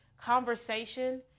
conversation